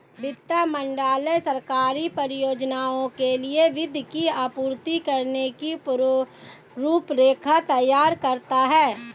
वित्त मंत्रालय सरकारी परियोजनाओं के लिए वित्त की आपूर्ति करने की रूपरेखा तैयार करता है